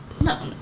No